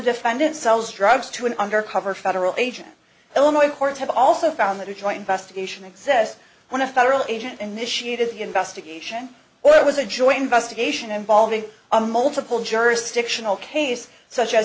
defendant sells drugs to an undercover federal agent illinois courts have also found that he joined best occasion excess when a federal agent initiated the investigation or it was a joint investigation involving a multiple jurisdictional case such a